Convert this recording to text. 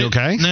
Okay